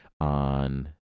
on